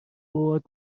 بابات